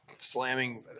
slamming